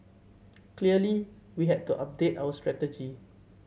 clearly we had to update our strategy